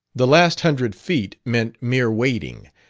the last hundred feet meant mere wading,